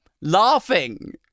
laughing